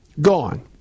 Gone